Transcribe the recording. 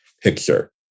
picture